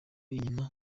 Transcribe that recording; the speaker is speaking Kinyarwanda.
inyuma